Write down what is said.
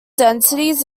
densities